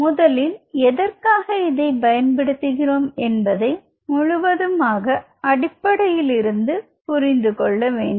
முதலில் எதற்காக இதை பயன்படுத்துகிறோம் என்பதை முழுவதுமாக அடிப்படையிலிருந்து புரிந்துகொள்ள வேண்டும்